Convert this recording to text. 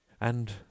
And